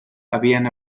habían